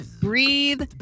breathe